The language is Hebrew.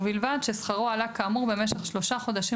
ובלבד ששכרו עלה כאמור במשך שלושה חודשים